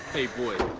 a boy.